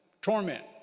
torment